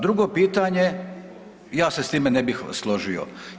Drugo pitanje … [[Upadica iz klupe se ne razumije]] ja se s time ne bih složio.